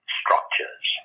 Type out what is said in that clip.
structures